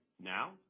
Now